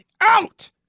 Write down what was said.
out